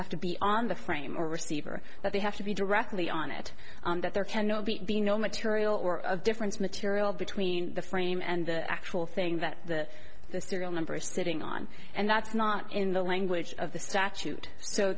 have to be on the frame or receiver that they have to be directly on it that there cannot be no material or of difference material between the frame and the actual thing that the the serial number is sitting on and that's not in the language of the statute so